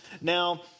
Now